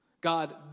God